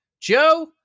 Joe